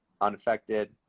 unaffected